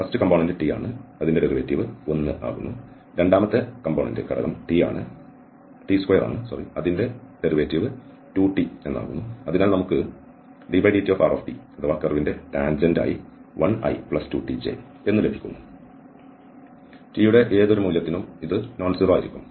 ആദ്യത്തെ ഘടകം t ആണ് അതിൻറെ ഡെറിവേറ്റീവ് 1 ആകുന്നു രണ്ടാമത്തെ ഘടകം t ആണ് അതിൻറെ ഡെറിവേറ്റീവ് 2t ആകുന്നു അതിനാൽ നമുക്ക് drtdt അഥവാ കർവിന്റെ ടാൻജെന്റ് 1i2t j എന്നു ലഭിക്കുന്നു t യുടെ ഏതു മൂല്യത്തിനും ഇത്നോൺ സീറോ ആയിരിക്കും